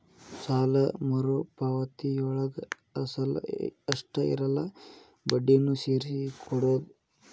ಸಾಲ ಮರುಪಾವತಿಯೊಳಗ ಅಸಲ ಅಷ್ಟ ಇರಲ್ಲ ಬಡ್ಡಿನೂ ಸೇರ್ಸಿ ಕೊಡೋದ್